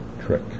trick